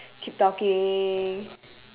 keep talking